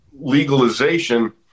legalization